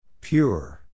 Pure